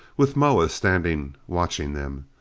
with moa standing watching them.